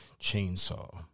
Chainsaw